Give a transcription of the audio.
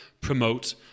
promote